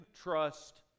trust